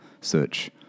search